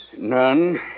None